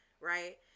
right